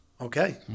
Okay